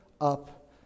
up